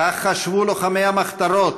כך חשבו לוחמי המחתרות,